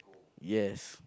yes